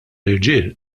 irġiel